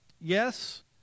Yes